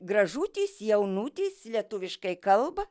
gražutis jaunutis lietuviškai kalba